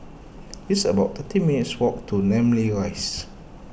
it's about thirty minutes' walk to Namly Rise